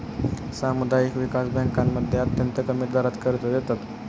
सामुदायिक विकास बँकांमध्ये अत्यंत कमी दरात कर्ज देतात